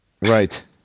Right